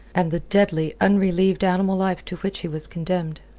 and the deadly, unrelieved animal life to which he was condemned.